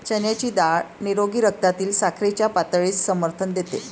चण्याची डाळ निरोगी रक्तातील साखरेच्या पातळीस समर्थन देते